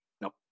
nope